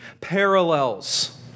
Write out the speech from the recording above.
parallels